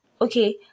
Okay